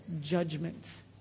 judgment